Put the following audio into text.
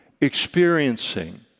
experiencing